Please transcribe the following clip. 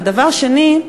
ודבר שני,